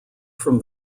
from